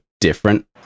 different